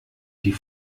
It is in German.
die